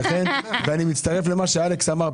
אני מצטרף למה שאלכס אמר,